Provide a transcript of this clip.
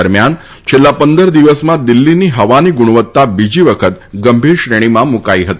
દરમિયાન છેલ્લાં પંદર દિવસમાં દિલ્ફીની હવાની ગુણવત્તા બીજી વખત ગંભીર શ્રેણીમાં મૂકાઈ હતી